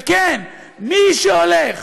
וכן, מי שהולך